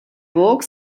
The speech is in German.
burg